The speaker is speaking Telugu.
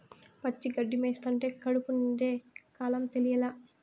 పచ్చి గడ్డి మేస్తంటే కడుపు నిండే కాలం తెలియలా